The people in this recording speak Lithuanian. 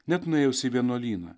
net nuėjus į vienuolyną